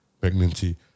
pregnancy